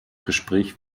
gespräch